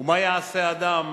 ומה יעשה אדם